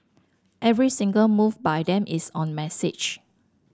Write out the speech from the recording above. every single move by them is on message